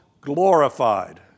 glorified